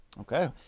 Okay